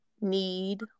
need